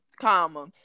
comma